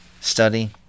study